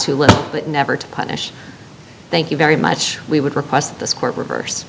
too little but never to punish thank you very much we would request this court reverse